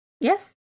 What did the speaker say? Yes